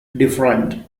different